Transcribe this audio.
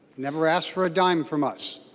never asked for a dime from us.